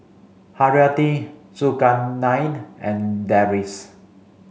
Haryati Zulkarnain and Deris